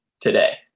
today